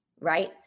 right